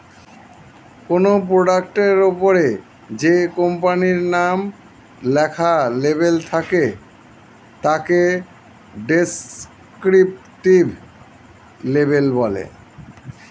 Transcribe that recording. কোনো প্রোডাক্টের ওপরে যে কোম্পানির নাম লেখা লেবেল থাকে তাকে ডেসক্রিপটিভ লেবেল বলে